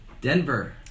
Denver